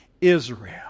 Israel